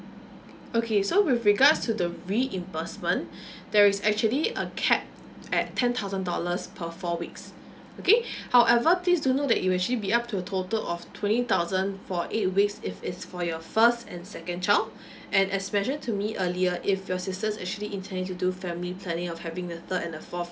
okay so with regards to the reimbursement there is actually a cap at ten thousand dollars per four weeks okay however please do know that it'll actually be up to a total of twenty thousand for eight weeks if it's for your first and second child and especially to me earlier if your sisters actually intending to do family planning of having the third and the fourth